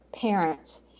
parents